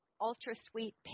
ultra-sweet